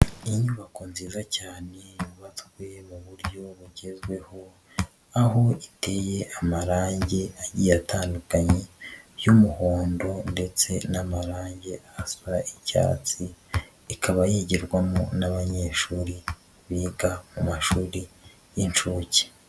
Inyubako nziza cyane yubatswe mu buryo bugezweho, aho iteye amarangi agiy atandukanye y'umuhondo ndetse n'amarangi asa icyatsi, ikaba yigirwamo n'abanyeshuri biga mu mashuri y'inshuke.